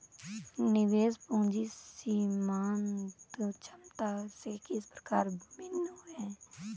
निवेश पूंजी सीमांत क्षमता से किस प्रकार भिन्न है?